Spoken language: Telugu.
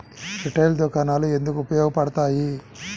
రిటైల్ దుకాణాలు ఎందుకు ఉపయోగ పడతాయి?